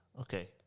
Okay